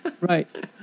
Right